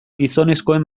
gizonezkoen